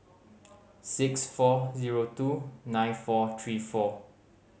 six four zero two nine four three four